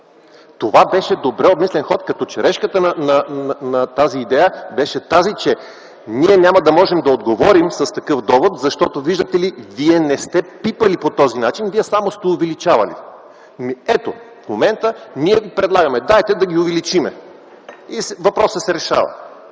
Това беше добре обмислен ход, като черешката на идеята беше, че ние няма да можем да отговорим с такъв довод, защото, виждате ли, вие не сте пипали по този начин, а само сте увеличавали. Ето, в момента ние ви предлагаме – дайте да ги увеличим. И въпросът се решава.